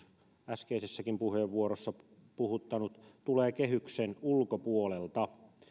äskeisessäkin puheenvuorossa puhuttanut tulee kehyksen ulkopuolelta